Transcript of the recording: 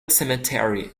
cemetery